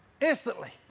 Instantly